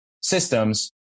systems